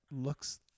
looks